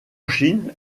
chine